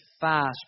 fast